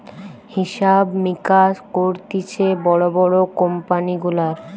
হিসাব মিকাস করতিছে বড় বড় কোম্পানি গুলার